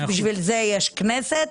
בשביל זה יש כנסת,